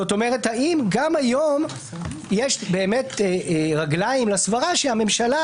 זאת אומרת האם גם היום יש רגליים לסברה שהממשלה